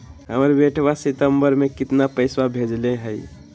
हमर बेटवा सितंबरा में कितना पैसवा भेजले हई?